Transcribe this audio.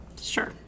Sure